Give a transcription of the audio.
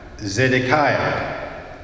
Zedekiah